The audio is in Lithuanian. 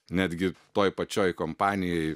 netgi toj pačioj kompanijoj